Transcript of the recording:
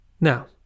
Now